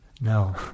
No